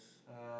uh